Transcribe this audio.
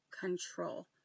control